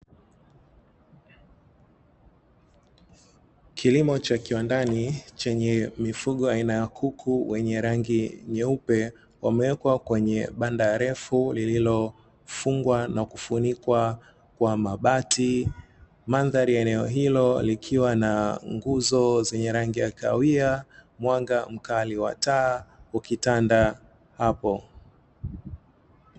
Kilimo cha kiwandani chenye mifugo aina ya kuku wenye rangi nyeupe, wamewekwa kwenye banda refu lililofungwa na kufunikwa kwa mabati mandhari ya eneo hilo likiwa na nguzo zenye rangi ya kahawia mwanga mkali wa taa ukitanda hapo.